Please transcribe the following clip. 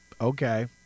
Okay